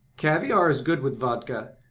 caviar is good with vodka,